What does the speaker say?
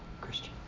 Christian